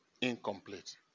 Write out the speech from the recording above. incomplete